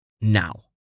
now